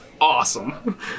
Awesome